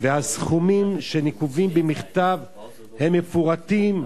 והסכומים שנקובים במכתב מפורטים,